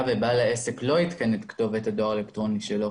ובעל העסק לא עדכן את כתובת הדואר האלקטרוני שלו,